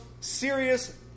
serious